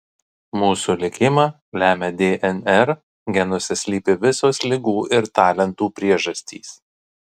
mūsų likimą lemia dnr genuose slypi visos ligų ir talentų priežastys